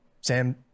Sam